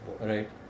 Right